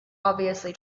obviously